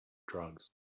drugs